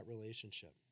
relationship